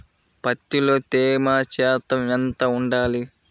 పత్తిలో తేమ శాతం ఎంత ఉండాలి?